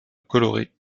coloré